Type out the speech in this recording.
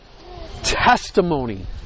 testimony